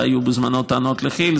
היו בזמנו לא מעט טענות לכי"ל,